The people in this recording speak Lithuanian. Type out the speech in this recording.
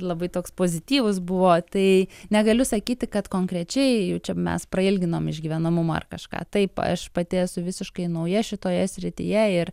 labai toks pozityvus buvo tai negaliu sakyti kad konkrečiai jau čia mes prailginam išgyvenamumą ar kažką taip aš pati esu visiškai nauja šitoje srityje ir